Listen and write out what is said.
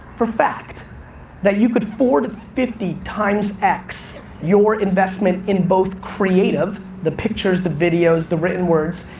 for fact that you could four to fifty times x, your investment in both creative, the pictures, the videos, the written words,